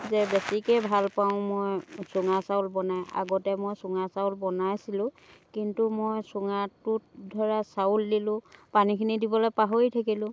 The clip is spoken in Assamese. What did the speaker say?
যে বেছিকে ভাল পাওঁ মই চুঙা চাউল বনাই আগতে মই চুঙা চাউল বনাইছিলোঁ কিন্তু মই চুঙাটোত ধৰা চাউল দিলোঁ পানীখিনি দিবলৈ পাহৰি থাকিলোঁ